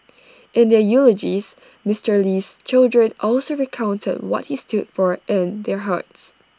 in their eulogies Mister Lee's children also recounted what he stood for in their hearts